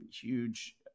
huge